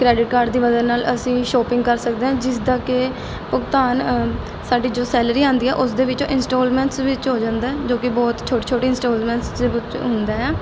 credit card ਦੀ ਮਦਦ ਨਾਲ ਅਸੀਂ ਸ਼ੋਪਿੰਗ ਕਰ ਸਕਦੇ ਹਾਂ ਜਿਸ ਦਾ ਕਿ ਭੁਗਤਾਨ ਸਾਡੇ ਜੋ ਸੈਲਰੀ ਆਉਂਦੀ ਆ ਉਸ ਦੇ ਵਿੱਚੋਂ ਇੰਸਟੋਲਮੈਂਟਸ ਵਿੱਚ ਹੋ ਜਾਂਦਾ ਜੋ ਕਿ ਬਹੁਤ ਛੋਟੀ ਛੋਟੀ ਇੰਸਟੋਲਮੈਂਟ ਦੇ ਵਿੱਚ ਹੁੰਦਾ ਏ ਆ